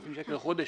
8,000 שקל בחודש.